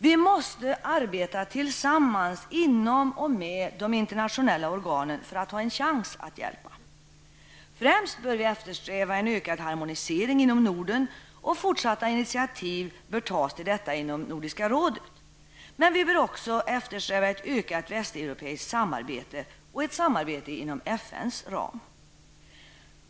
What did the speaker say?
Vi måste arbeta tillsammans inom och med de internationella organen för att ha en chans att hjälpa. Främst bör vi eftersträva en ökad harmonisering inom Norden, och fortsatta initiativ bör tas till detta inom Nordiska rådet. Men vi bör också eftersträva ett ökat västeuropeiskt samarbete och ett samarbete inom FN:s ram.